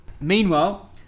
Meanwhile